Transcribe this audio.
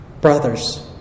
brothers